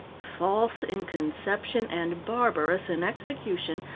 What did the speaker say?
false in conception and barbarous in execution,